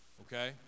Okay